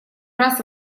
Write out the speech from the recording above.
раз